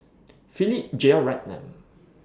Philip Jeyaretnam